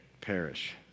perish